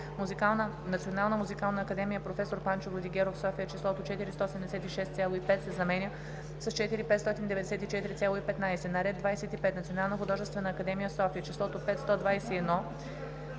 Национална музикална академия „Проф. Панчо Владигеров“ – София, числото „4 176,5“ се заменя с „4 594,15“. - на ред 25. Национална художествена академия – София, числото „5